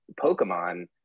Pokemon